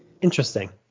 Interesting